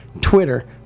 Twitter